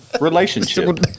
relationship